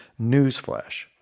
Newsflash